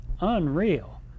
Unreal